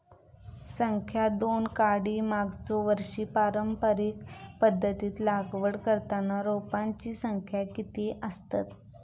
संख्या दोन काडी मागचो वर्षी पारंपरिक पध्दतीत लागवड करताना रोपांची संख्या किती आसतत?